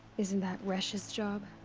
isn't that resh's job?